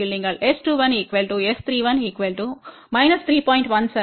17 ஐக் காணலாம் முன்பு அது 3